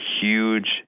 huge